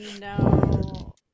no